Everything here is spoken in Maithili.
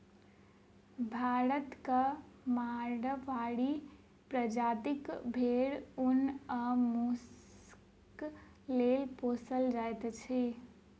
भारतक माड़वाड़ी प्रजातिक भेंड़ ऊन आ मौंसक लेल पोसल जाइत अछि